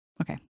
Okay